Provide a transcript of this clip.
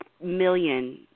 million